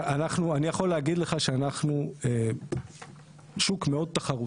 אני יכול להגיד לך שאנחנו שוק מאוד תחרותי.